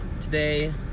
today